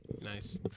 Nice